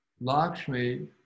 Lakshmi